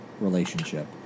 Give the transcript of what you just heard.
relationship